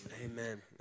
Amen